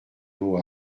dos